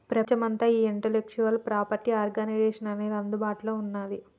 ప్రపంచమంతా ఈ intellectual property organisation అనేది అందుబాటులో ఉన్నది